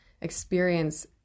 experience